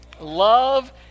Love